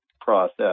process